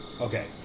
Okay